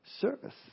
service